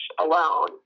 alone